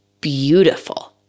beautiful